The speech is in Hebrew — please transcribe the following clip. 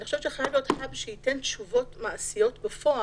אני חושבת שחייב להיות Hub שייתן תשובות מעשיות בפועל,